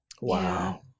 Wow